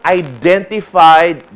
identified